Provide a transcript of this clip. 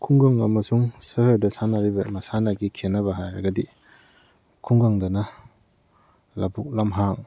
ꯈꯨꯡꯒꯪ ꯑꯃꯁꯨꯡ ꯁꯍꯔꯗ ꯁꯥꯟꯅꯔꯤꯕ ꯃꯁꯥꯟꯅꯒꯤ ꯈꯦꯠꯅꯕ ꯍꯥꯏꯔꯒꯗꯤ ꯈꯨꯡꯒꯪꯗꯅ ꯂꯕꯨꯛ ꯂꯝꯍꯥꯡ